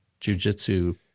jujitsu